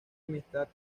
amistad